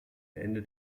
ende